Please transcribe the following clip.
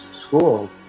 school